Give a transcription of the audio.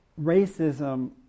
racism